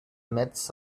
midst